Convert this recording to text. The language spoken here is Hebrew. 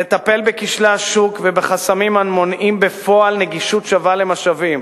לטפל בכשלי השוק ובחסמים המונעים בפועל נגישות שווה למשאבים